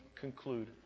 conclude